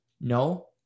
No